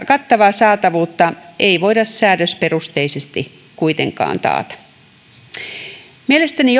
kattavaa saatavuutta ei voida säädösperusteisesti kuitenkaan taata mielestäni